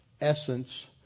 essence